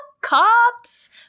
cops